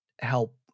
help